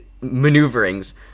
maneuverings